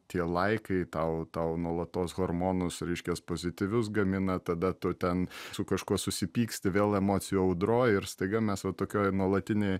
tie laikai tau tau nuolatos hormonus reiškias pozityvius gamina tada tu ten su kažkuo susipyksti vėl emocijų audroj ir staiga mes va tokioj nuolatinėj